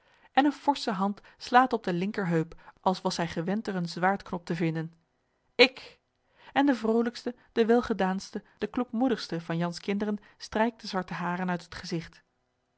en eene forsche hand slaat op de linkerheup als was hij gewend er een zwaardknop te vinden ik en de vrolijkste de welgedaanste de kloekmoedigste van jan's kinderen strijkt de zwarte haren uit het gezigt